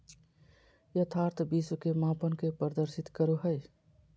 यथार्थ विश्व के मापन के प्रदर्शित करो हइ